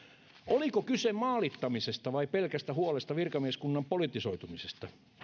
oliko kyse maalittamisesta vai pelkästä huolesta virkamieskunnan politisoitumisesta